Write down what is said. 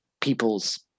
people's